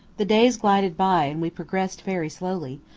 the days glided by, and we progressed very slowly,